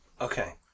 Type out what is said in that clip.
Okay